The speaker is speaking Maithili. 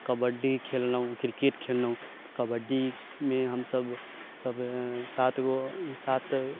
कबड्डी खेललहुॅं क्रिकेट खेललहुॅं कबड्डी मे हमसब सब सातगो सात